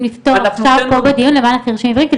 לפתור עכשיו פה בדיון למען החרשים עיוורים,